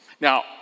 Now